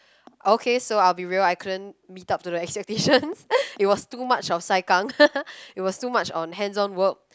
okay so I will be real I couldn't meet up to the expectations it was too much of saikang it was too much on hands on work